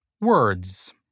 Words